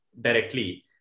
directly